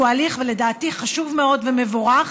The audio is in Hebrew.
שהוא לדעתי הליך חשוב מאוד ומבורך,